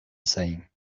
same